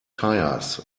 tires